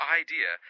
idea